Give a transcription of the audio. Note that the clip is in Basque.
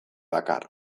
dakar